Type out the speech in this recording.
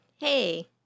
Hey